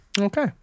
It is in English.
Okay